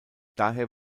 daher